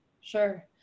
Sure